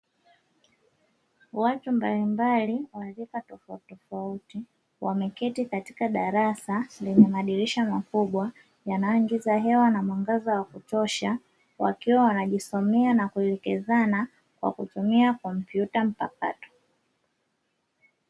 Watu mbalimbali wa rika tofauti tofauti wameketi katika darasa lenye madirisha makubwa yanayoingiza hewa na mwangaza wa kutosha wakiwa wanajisomea na kuelekezana kwa kutumia kompyuta mpakato.